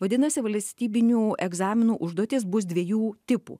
vadinasi valstybinių egzaminų užduotys bus dviejų tipų